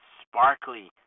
sparkly